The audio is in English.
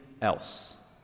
else